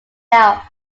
out